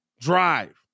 Drive